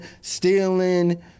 stealing